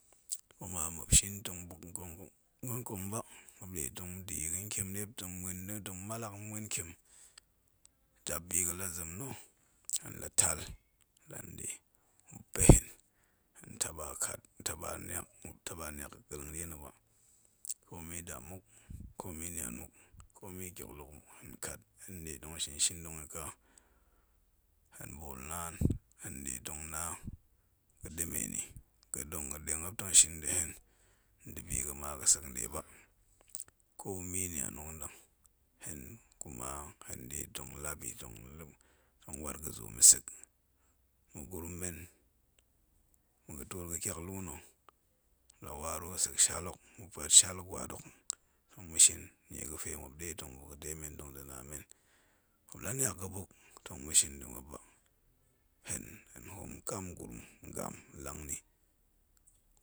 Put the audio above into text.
Kuma muop shin tong buk yi ga̱nkang ba, muop nde tong da̱ yi ga̱ntiem, de muop tong muen ɗe tong ma̱ mallak yi ma̱ mven ntiem-jabbi ga̱la zem lu hen la tab, lanɗe, muop pa̱ hen, hen taɓa kat hen taɓa niang muop taɓa niak ga kelleng ɗie na̱ ba, ko mi dam muk, ko mi niam muk, komi tyoklok muk, hen kat, hen nɗe tong shin shinɗong yi ka, hen ɓool naan, hen nɗe tong na ga̱ɗemen yi, ga̱ɗong ga̱ɗe muop tong shin yi nda̱ hen, nda̱bi ga̱ma ga̱ sek nɗe ba ko mi nian mulk nɗang, hen kuma hen nɗe tong lap yi tong la̱, tong wat ga̱ zoom nsek, ma̱gurum men ma̱ga̱ twoot gatyak la nna̱, la waru sek shat hok, ma̱ puat shal gwat hok, tong mashing punuang muop ndin tong buk a de men tong da̱ na men muop laniak ga̱ buk, tong ma̱shin da̱ muop ba, hen, hen hoom kam gurum ngam, nang nni